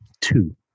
two